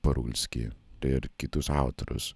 parulskį ir kitus autorius